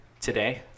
today